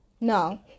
No